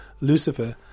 Lucifer